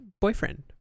boyfriend